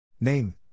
Name